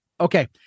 Okay